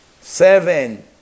Seven